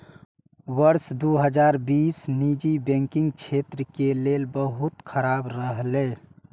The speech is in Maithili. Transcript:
वर्ष दू हजार बीस निजी बैंकिंग क्षेत्र के लेल बहुत खराब रहलै